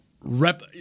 rep